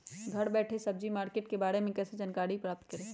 घर बैठे सब्जी मार्केट के बारे में कैसे जानकारी प्राप्त करें?